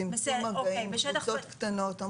צמצום מגעים, בקבוצות קטנות.